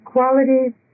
Qualities